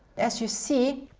as you see,